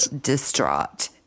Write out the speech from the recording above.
distraught